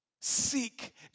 Seek